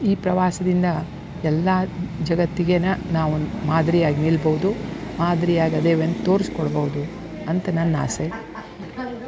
ಈ ಪ್ರವಾಸದಿಂದ ಎಲ್ಲ ಜಗತ್ತಿಗೇನೆ ನಾವು ಮಾದರಿಯಾಗಿ ನಿಲ್ಬೋದು ಮಾದರಿಯಾಗಿ ಅದೇವಂದು ತೋರಿಸ್ಕೊಡ್ಬೋದು ಅಂತ ನನ್ನ ಆಸೆ